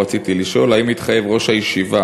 רציתי לשאול: 1. האם התחייב ראש הישיבה